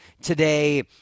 today